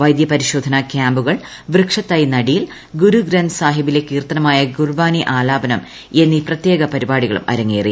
വൈദ്യപരിശോധന ക്യാമ്പുകൾ വൃക്ഷത്തൈ നടീൽ ഗുരുഗ്രന്ഥ് സാഹിബിലെ കീർത്തനമായ ഗുർബാനി ആലാപനം എന്നീ പ്രത്യേക പരിപാടികളും അരങ്ങേറി